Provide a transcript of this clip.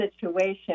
situation